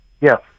Yes